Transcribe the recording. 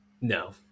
No